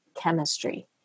chemistry